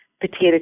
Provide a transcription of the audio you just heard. potato